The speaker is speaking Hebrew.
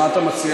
מה אתה מציע?